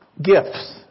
gifts